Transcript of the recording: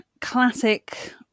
classic